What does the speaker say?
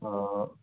ꯑꯥ